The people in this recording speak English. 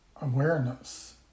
awareness